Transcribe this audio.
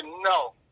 no